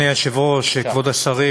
כבוד השרים,